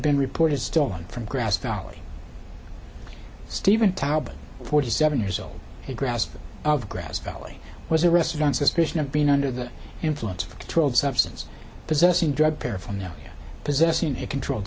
been reported stolen from grass valley stephen taleb forty seven years old a grasp of grass valley was arrested on suspicion of being under the influence of twelve substance possessing drug paraphernalia possessing a controlled